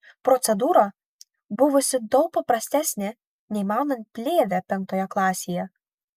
procedūra buvusi daug paprastesnė nei maunant plėvę penktoje klasėje